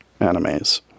animes